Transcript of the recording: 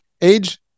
age